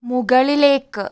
മുകളിലേക്ക്